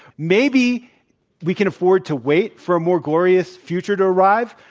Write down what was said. maybe we can afford to wait for a more glorious future to arrive,